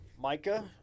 Micah